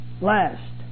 Last